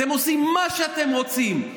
אתם עושים מה שאתם רוצים.